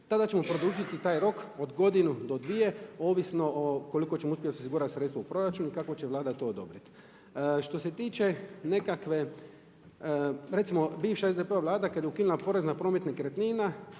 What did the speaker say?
tada ćemo produžiti taj rok od godinu do dvije ovisno koliko ćemo uspjeti osigurati sredstava u proračunu i kako će Vlada to odobrit. Što se tiče nekakve, recimo bivša SDP-ova vlada kad je ukinula porez na promet nekretnina